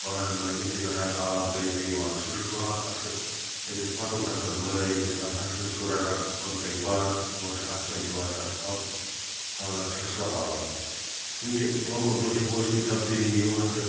بانہٕ لٲگِتھ تہٕ یوٚتانۍ آب بھٔرِتھ چھُ یِوان سُہ چھُ تُلان پَتہٕ چھُ تٔمِس پَتُک نَفر وٲرۍ ییٚمِس آسان چھِ سُہ رَٹان بۄنہٕ کَنۍ بانہٕ ہورٕ چھُ اَتھہٕ سۭتۍ دِوان تَتھ پَمپ تہٕ کھالان چھُ سُہ آب چوٗنٛکہِ دۄہ کھۄتہٕ دۄہ چھِ موسمی تبدیٖلی یِوان تہٕ